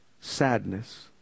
sadness